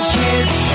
kids